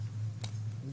לאדוני,